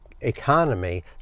economy